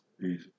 Easy